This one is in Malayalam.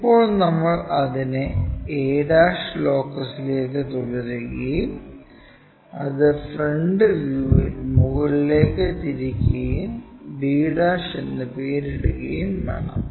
ഇപ്പോൾ നമ്മൾ അതിനെ a ലോക്കസിലേക്ക് തുടരുകയും അത് ഫ്രണ്ട് വ്യൂവിൽ മുകളിലേക്ക് തിരിക്കുകയും b' എന്ന് പേരിടുകയും വേണം